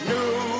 New